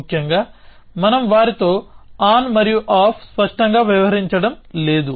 ముఖ్యంగా మనం వారితో ఆన్ మరియు ఆఫ్ స్పష్టంగా వ్యవహరించడం లేదు